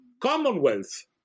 commonwealth